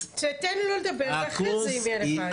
תן לו לדבר ואחרי זה אם יהיה לך.